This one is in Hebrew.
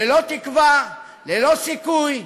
ללא תקווה, ללא סיכוי,